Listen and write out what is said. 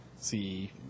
see